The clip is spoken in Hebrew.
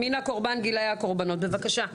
מין הקורבן וגיל הקורבנות, בבקשה.